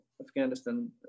Afghanistan